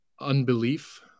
unbelief